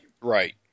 Right